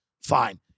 Fine